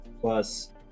Plus